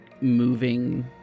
moving